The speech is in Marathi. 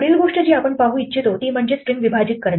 पुढील गोष्ट जी आपण पाहू इच्छितो ती म्हणजे स्ट्रिंग विभाजित करणे